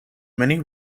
many